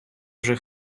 вже